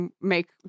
make